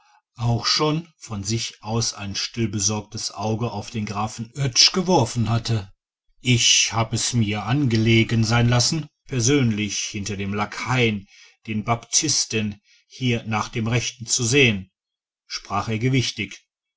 auch schon von sich aus ein stillbesorgtes auge auf den grafen oetsch geworfen hatte ich hab es mir angelegen sein lassen persönlich hinter dem lakaien dem baptist hier nach dem rechten zu sehen sprach er